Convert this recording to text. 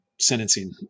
sentencing